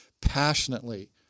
passionately